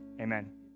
amen